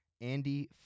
Andy